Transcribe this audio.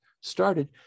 started